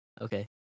okay